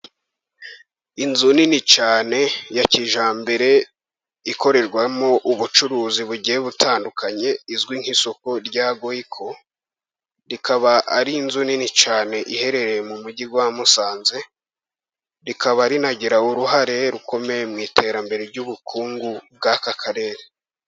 Inzu nini cyane ya kijyambere ikorerwamo ubucuruzi bugiye butandukanye, izwi nk'isoko rya Goyiko. Iikaba ari inzu nini cyane iherereye mu Mujyi wa Musanze, rikaba rinagira uruhare rukomeye, mu iterambere ry'ubukungu bw'aka Karere.